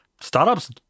startups